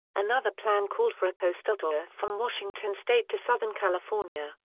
another plan called for a coastal tour from washington state to southern california.